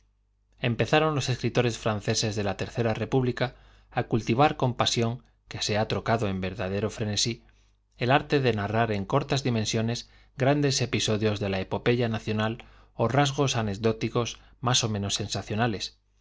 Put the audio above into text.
empezaron los escr itores franceses de la tercera repú blica á cultivar con pasión qué verdadero frenesí el de se h trocao ej arte narrar en cortas dimensiones grandes episodios de la epopeya nacional ó nasgos anecdóticos más ó menos sensac